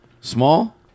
Small